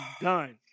done